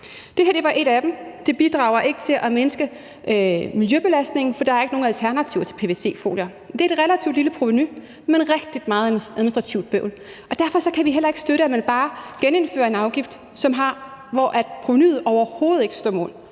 Den her var en af dem, og den bidrager ikke til at mindske miljøbelastningen, for der er ikke nogen alternativer til pvc-folier, og det er et relativt lille provenu, men med rigtig meget administrativt bøvl, og derfor kan vi heller ikke støtte, at man bare genindfører en afgift, hvor provenuet overhovedet ikke står mål